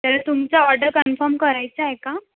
तर तुमचं order confirm करायचं आहे का